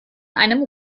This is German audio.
einem